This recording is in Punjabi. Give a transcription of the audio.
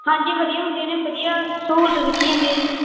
ਹਾਂਜੀ ਵਧੀਆ ਹੁੰਦੇ ਨੇ ਵਧੀਆ ਸਹੂਲਤ ਦਿੱਤੀ ਜਾਂਦੀ ਹੈ ਜੀ